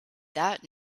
that